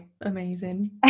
Amazing